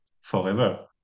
forever